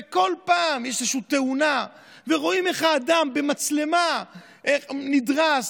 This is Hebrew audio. וכל פעם יש איזושהי תאונה ורואים במצלמה איך האדם נדרס,